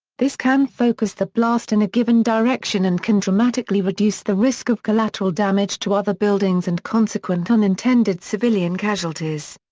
this can focus the blast in a given direction and can dramatically reduce the risk of collateral damage to other buildings and consequent unintended civilian casualties.